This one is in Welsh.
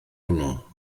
hwnnw